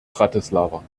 bratislava